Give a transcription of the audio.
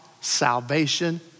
salvation